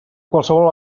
qualsevol